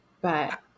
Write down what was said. But-